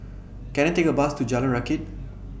Can I Take A Bus to Jalan Rakit